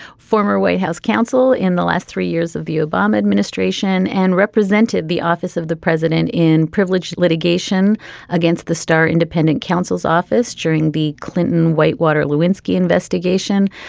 former white house counsel in the last three years of the obama administration and represented the office of the president in priviledged litigation against the starr independent counsel's office during the clinton whitewater lewinsky investigation.